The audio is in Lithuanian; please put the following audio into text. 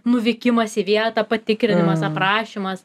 nuvykimas į vietą patikrinimas aprašymas